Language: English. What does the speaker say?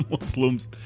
muslims